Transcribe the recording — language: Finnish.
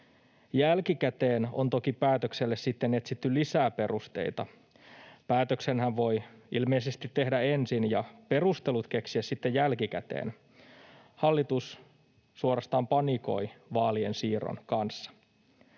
Jälkikäteen on toki päätökselle sitten etsitty lisää perusteita. Päätöksenhän voi ilmeisesti tehdä ensin ja perustelut keksiä sitten jälkikäteen. Hallitus suorastaan panikoi vaalien siirron kanssa.